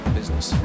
business